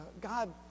God